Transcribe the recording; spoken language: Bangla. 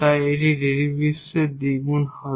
তাই এটি ডেরিভেটিভের দ্বিগুণ হবে